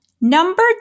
Number